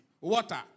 water